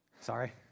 Sorry